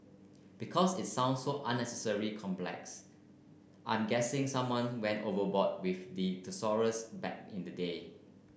because it's sounds so unnecessary complex I'm guessing someone went overboard with the thesaurus back in the day